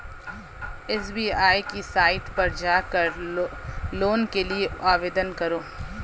SBI की site पर जाकर लोन के लिए आवेदन करो